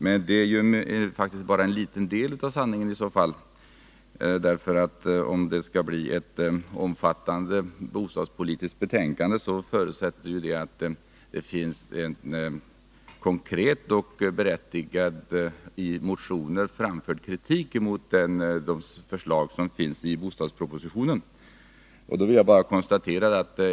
Men det är faktiskt bara en liten del av sanningen i så fall, därför att ett omfattande bostadspolitiskt betänkande förutsätter att det finns en konkret och berättigad i motioner framförd kritik mot de förslag som finns i bostadspropositionen.